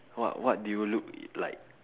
what what do you look like